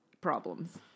problems